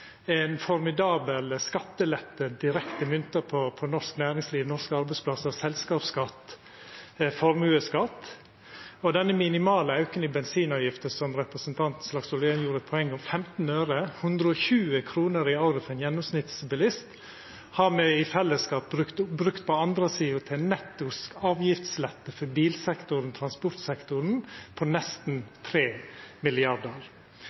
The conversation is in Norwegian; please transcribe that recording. formidabel skattelette direkte mynta på norsk næringsliv, norske arbeidsplassar, selskapsskatt, formuesskatt. Og den minimale auken i bensinavgifta, som representanten Slagsvold Vedum gjorde eit poeng av, på 15 øre, 120 kr i året for ein gjennomsnittsbilist, har me i fellesskap brukt på andre sida til netto avgiftslette for bilsektoren og transportsektoren – nesten